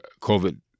COVID